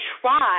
try